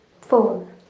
four